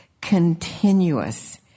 continuous